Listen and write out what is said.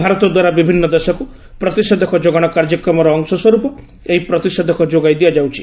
ଭାରତଦ୍ୱାରା ବିଭିନ୍ନ ଦେଶକୁ ପ୍ରତିଷେଧକ ଯୋଗାଣ କାର୍ଯ୍ୟକ୍ରମର ଅଂଶସ୍ୱରୂପ ଏହି ପ୍ରତିଷେଧକ ଯୋଗାଇ ଦିଆଯାଉଛି